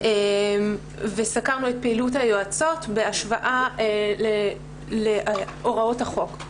סקרנו את פעילות היועצות בהשוואה להוראות החוק.